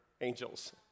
angels